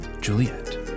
Juliet